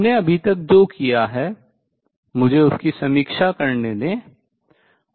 हमने अभी तक जो किया है मुझे उसकी समीक्षा करने दें